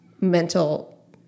mental